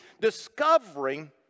discovering